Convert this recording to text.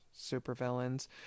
supervillains